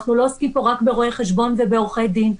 אנחנו לא עוסקים פה רק ברואי חשבון ובעורכי דין.